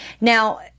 Now